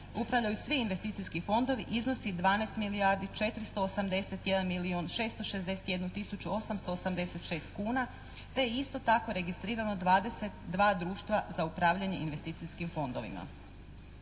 upravljaju svi investicijski fondovi iznosi 12 milijardi 481 milijun 661 tisuću 886 kuna te je isto tako registrirano 22 društva za upravljanje investicijskim fondovima.